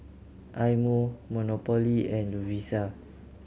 Eye Mo Monopoly and Lovisa